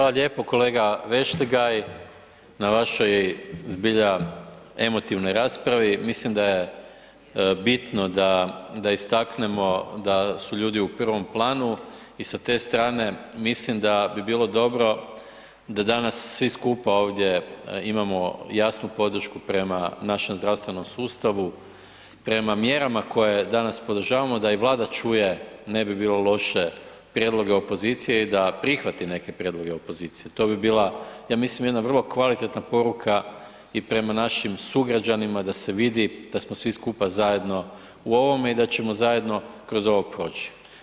Hvala lijepo, kolega Vešligaj na vašoj zbilja emotivnoj raspravi, mislim da je bitno da istaknemo da su ljudi u prvom planu i sa te strane mislim da bi bilo dobro da danas svi skupa ovdje imamo jasnu podršku prema našem zdravstvenom sustavu, prema mjerama koje danas podržavamo, da i Vlada čuje, ne bi bilo loše prijedloge opozicije i da prihvati neke prijedloge opozicije, to bi bila ja mislim jedna vrlo kvalitetna poruka i prema našim sugrađanima da se vidi da smo svi skupa zajedno u ovom i da ćemo zajedno kroz ovo proći.